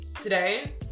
today